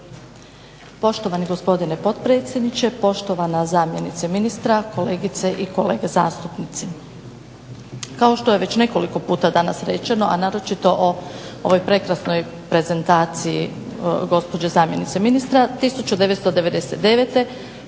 Poštovani gospodine potpredsjedniče, poštovana zamjenice ministra, kolegice i kolege zastupnici. Kao što je već nekoliko puta danas rečeno a naročito o ovoj prekrasnoj prezentaciji gsopođe zamjenice ministra 1999.